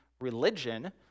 religion